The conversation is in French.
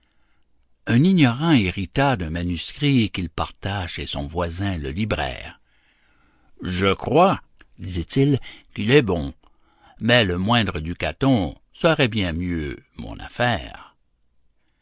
un ignorant hérita d'un manuscrit qu'il porta chez son voisin le libraire je crois dit-il qu'il est bon mais le moindre ducaton serait bien mieux mon affaire